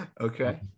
Okay